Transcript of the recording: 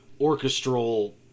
orchestral